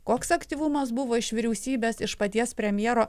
koks aktyvumas buvo iš vyriausybės iš paties premjero